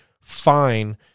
fine